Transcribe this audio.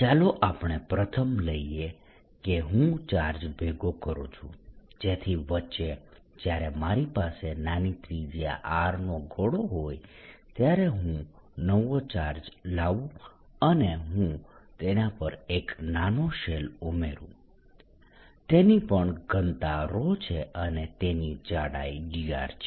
ચાલો આપણે પ્રથમ લઈએ કે હું ચાર્જ ભેગો કરું છું જેથી વચ્ચે જ્યારે મારી પાસે નાની ત્રિજ્યા r નો ગોળો હોય ત્યારે હું નવો ચાર્જ લાવું અને હું તેના પર એક નાનો શેલ ઉમેરુ તેની પણ ઘનતા છે અને તેની જાડાઈ dr છે